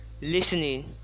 listening